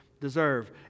deserve